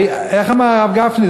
איך אמר נכון הרב גפני?